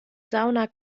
sauna